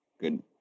Good